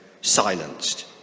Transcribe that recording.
silenced